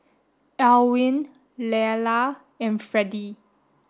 Elwin Leila and Fredie